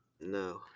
No